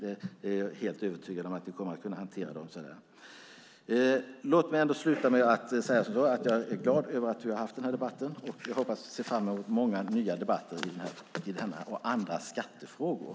Jag är helt övertygad om att ni kommer att kunna hantera dem. Jag är glad över att vi har haft den här debatten och ser fram emot många nya debatter i denna och andra skattefrågor.